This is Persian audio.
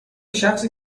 شخصی